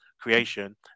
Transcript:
creation